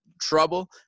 trouble